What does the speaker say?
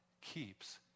keeps